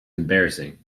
embarrassing